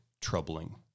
troubling